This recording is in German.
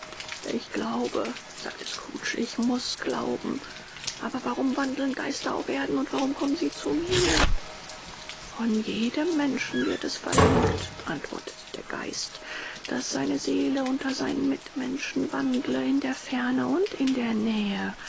ich glaube sagte scrooge ich muß glauben aber warum wandeln geister auf erden und warum kommen sie zu mir von jedem menschen wird es verlangt antwortete der geist daß seine seele unter seinen mitmenschen wandle in der ferne und in der nähe